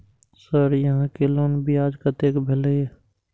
Sir यहां के loan ब्याज कतेक भेलेय?